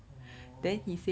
oh